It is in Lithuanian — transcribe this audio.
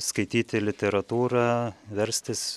skaityti literatūrą verstis